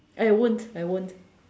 I won't I won't